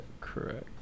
correct